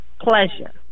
pleasure